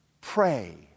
Pray